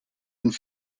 une